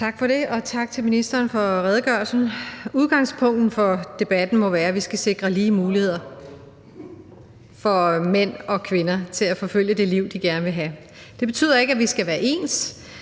Tak for det, og tak til ministeren for redegørelsen. Udgangspunktet for debatten må være, at vi skal sikre lige muligheder for mænd og kvinder til at forfølge det liv, de gerne vil have. Det betyder ikke, at vi skal være ens.